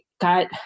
got